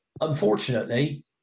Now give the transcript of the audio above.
unfortunately